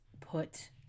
put